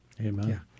Amen